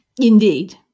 Indeed